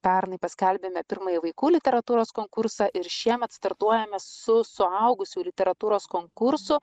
pernai paskelbėme pirmąjį vaikų literatūros konkursą ir šiemet startuojame su suaugusiųjų literatūros konkursu